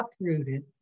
uprooted